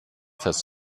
das